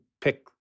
pick